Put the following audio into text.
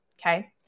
Okay